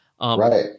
Right